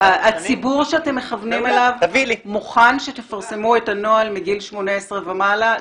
הציבור שאתם מכוונים אליו מוכן שתפרסמו את הנוהל מגיל 18 ומעלה.